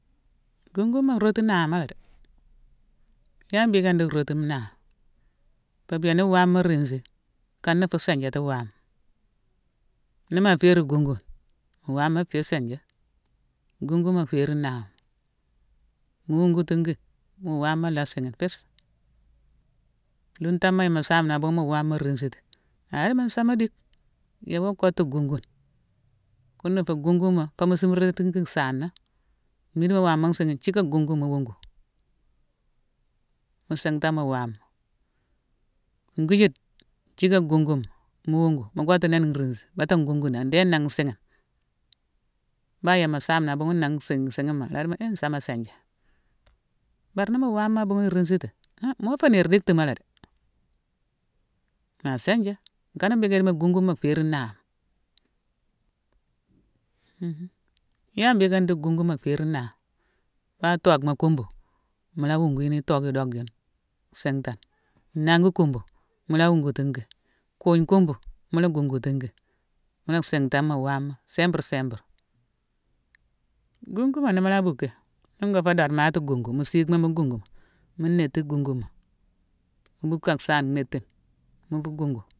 Gunguma rotu nahama la dé. Yala mbhiiké ndi rotu nahama? Pabia ni wama riinsi, kana fu sinjati wama. Ni ma férine gungune, mu wama fé siinjé. Gunguma férine nahama. Mu wungutighi, mu wama la singhine fis. Luntangh yama saame ni a bughune mu wama riinsiti, ala di mo nsama dick. Yé wo koctu gungune. Gune na fé gunguma, fo mu simeratigh ki saana. Midima, wama nsighine, thické gunguma mu wungu. Mu sintane mu wama. Ngwijide, thické gunguma mu wungu mu koctu néne nrisi, bata ngungu nan, ndéne nangh nsiighine. Bao yama saame ni abunghune nangh sighine-sighima, ala di mo hé nsama siijé. Bar ni mu wama abunghune riinsiti, han mo fé niir dicktimalé dé. Maa sinjé. Kana mbhiiké idi gunguma fé rine nahama. yala mbhiiké ndi gunguma férine nahama? Bao toockma kumbu, mu la wungu yuni tocki idock june sintane; nangi kumbu, mu la wungutinki; kuugne kumbu, mu la gungutinki. Mu la sintane mu wama simbre-simbre. Gunguma, ni mu la bucki. Nin ngo fé dodemaatone gungu, mu sikma mu gungu, mu nétine gunguma. Mu bucki ak saane, néétine mu wungu.